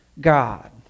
God